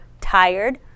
tired